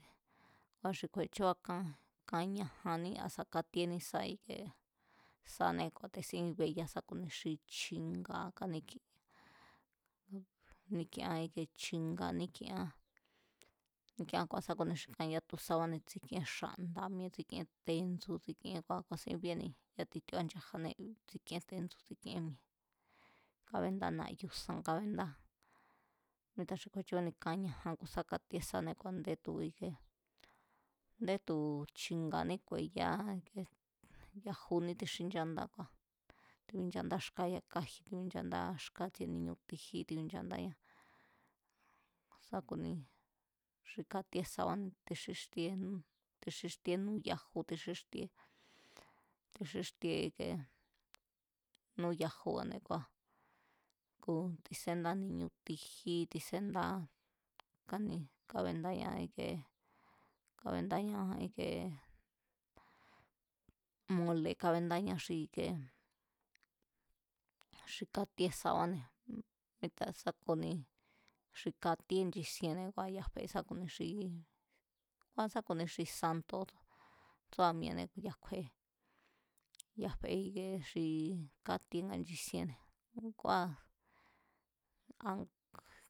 Ku̱á xi ku̱e̱chúa kán, kan ñajanní asa̱ katíení sá ikie ku̱a̱tesín beya sá ku̱ni xi chi̱nga̱ káníkien, níkiean íkie chi̱nga̱ ník'iean kua̱ sa ku̱ni xi kan yatu sabáne̱, tsik'íén xa̱nda̱ mi̱e̱ tsik'íén tendsu̱ kua̱ ku̱a̱sín bíéni ya̱a titíóa nchajanée̱, tsik'íen tendsu̱ tsik'íen mi̱e̱, kábendá na̱yu̱ san kábéndá míta xi kjúéchu̱áne̱ kan ñajan sá ku̱ sá katíe sané ku̱ a̱ndé tu̱, tu̱ ike tu̱ a̱nde tu̱ chi̱nga̱ ní ku̱e̱yá, yajuní tixínchandá kua̱ timinchandáa xkáa̱ yakaji̱ timinchandáa, ngatsi ni̱ñu̱ tijí timinchandáñá. Sá ku̱ni xi katíé sabáne̱ xixtíé, tixíxtíé núyaju tixíxtíé, tixíxtie íkie núyajuba̱ne̱ kua̱ ku̱ tisenda ni̱ñu̱ ti̱jí tiséndá, kání kabéndáñá ike mole̱ kábendáñá xi i̱ke xi katíe sabáne̱ míta sa ku̱ni xi katíe nchisienne̱ káfe sá ku̱ni xi, kua̱ sá ku̱ni xi santo̱ tsúa̱mi̱e̱ne̱ ku̱ ya̱ kjue, ya̱ fe i̱kie xi katíe nga nchisienne̱ kua̱ a̱